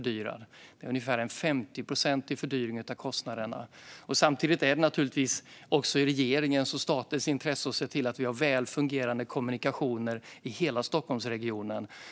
Det innebär ungefär en 50-procentig fördyring av kostnaderna. Samtidigt är det naturligtvis också i regeringens och statens intresse att se till att det finns väl fungerande kommunikationer i hela Stockholms-regionen.